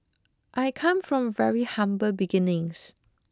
I come from very humble beginnings